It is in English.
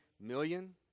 million